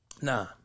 Nah